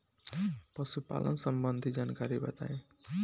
पशुपालन सबंधी जानकारी बताई?